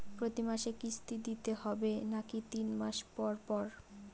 প্রতিমাসে কিস্তি দিতে হবে নাকি তিন মাস পর পর?